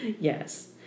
Yes